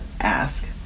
ask